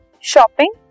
shopping